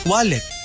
Wallet